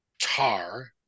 Tar